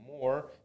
more